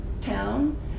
town